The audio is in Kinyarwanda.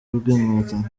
bw’inkotanyi